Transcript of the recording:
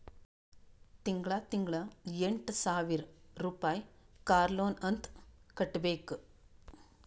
ತಿಂಗಳಾ ತಿಂಗಳಾ ಎಂಟ ಸಾವಿರ್ ರುಪಾಯಿ ಕಾರ್ ಲೋನ್ ಅಂತ್ ಕಟ್ಬೇಕ್